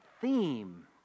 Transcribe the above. theme